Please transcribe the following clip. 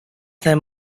them